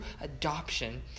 adoption